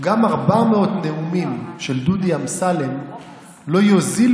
גם 400 נאומים של דודי אמסלם לא יוזילו